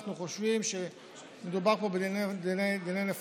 אנחנו חושבים שמדובר פה בדיני נפשות.